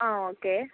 ஆ okay